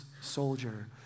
soldier